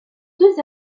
deux